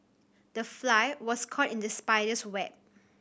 the fly was caught in the spider's web